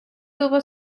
tuvo